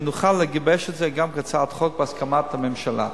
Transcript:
שנוכל לגבש את זה גם כהצעת חוק בהסכמת הממשלה.